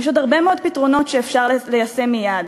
יש עוד הרבה מאוד פתרונות שאפשר ליישם מייד.